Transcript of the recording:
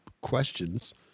questions